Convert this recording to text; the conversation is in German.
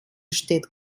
steht